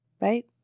Right